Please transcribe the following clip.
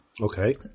Okay